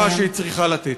את מה שהיא צריכה לתת.